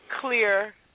clear